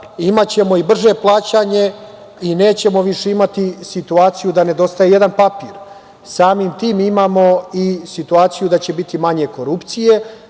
imaćemo i brže plaćanje i nećemo više imati situaciju da nedostaje jedan papir. Samim tim imamo i situaciju da će biti manje korupcije. Samo